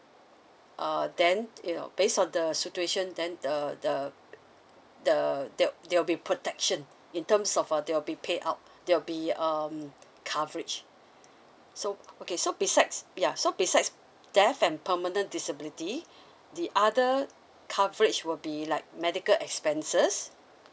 uh then you know based of the situation then the the the there there will be protection in terms of uh there will be paid out there will be um coverage so okay so besides ya so besides death and permanent disability the other coverage will be like medical expenses